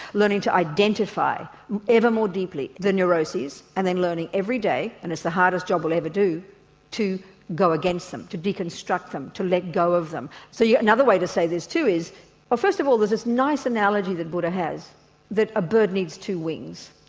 learning to identify ever more deeply the neuroses and then learning every day and it's the hardest job we'll ever do to go against them, to deconstruct them, to let go of them. so yeah another way to say this too is ah first of all there's this nice analogy that buddha has that a bird needs two wings,